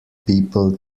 people